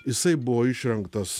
jisai buvo išrinktas